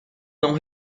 não